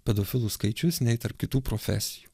pedofilų skaičius nei tarp kitų profesijų